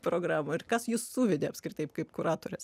programą ir kas jus suvedė apskritai kaip kuratorias